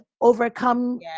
overcome